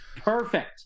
Perfect